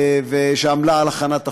שעמלה על הכנת החוק,